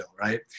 Right